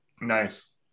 Nice